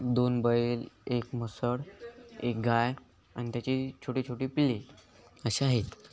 दोन बैल एक म्हसड एक गाय आणि त्याचे छोटे छोटे पिल्ले असे आहेत